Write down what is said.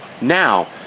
now